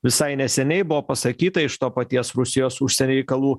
visai neseniai buvo pasakyta iš to paties rusijos užsienio reikalų